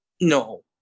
No